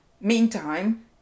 Meantime